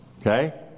Okay